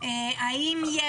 האם יש?